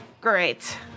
Great